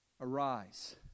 Arise